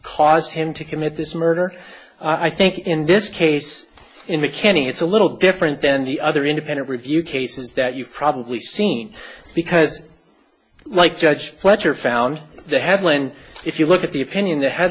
caused him to commit this murder i think in this case in the kenny it's a little different than the other independent review cases that you've probably seen because like judge fletcher found the headland if you look at the opinion the head